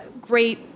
great